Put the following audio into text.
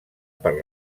per